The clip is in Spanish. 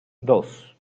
dos